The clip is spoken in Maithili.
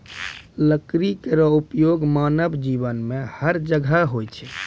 लकड़ी केरो उपयोग मानव जीवन में हर जगह होय छै